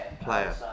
Player